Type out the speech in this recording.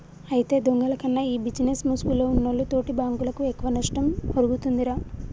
అయితే దొంగల కన్నా ఈ బిజినేస్ ముసుగులో ఉన్నోల్లు తోటి బాంకులకు ఎక్కువ నష్టం ఒరుగుతుందిరా